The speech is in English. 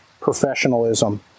professionalism